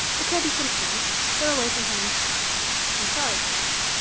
the kirby simpsons. they're away from home i'm sorry for that.